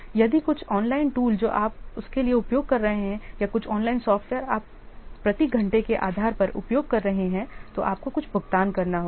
यदि कुछ online tool जो आप उसके लिए उपयोग कर रहे हैं या कुछ ऑनलाइन सॉफ्टवेयर आप प्रति घंटे के आधार पर उपयोग कर रहे हैं तो आपको कुछ भुगतान करना होगा